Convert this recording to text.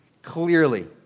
Clearly